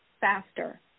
faster